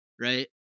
Right